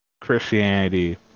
Christianity